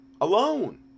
Alone